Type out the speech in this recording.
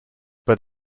but